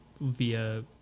via